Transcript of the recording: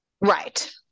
Right